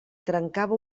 trencava